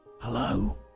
Hello